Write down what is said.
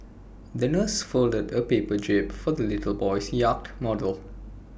the nurse folded A paper jib for the little boy's yacht model